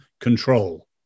control